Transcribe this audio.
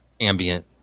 ambient